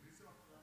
מי זו אמרה?